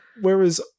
whereas